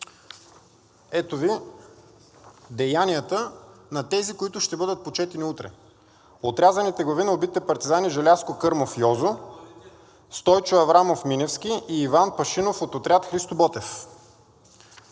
Ето Ви деянията на тези, които ще бъдат почетени утре. (Показва снимка.) Отрязаните глави на убитите партизани Желязко Кърмов – Йозо, Стойчо Аврамов Миневски и Иван Пашинов от отряд „Христо Ботев“.